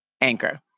Anchor